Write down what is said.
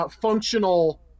functional